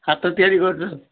ହାତ ତିଆରି କରୁଛ